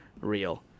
real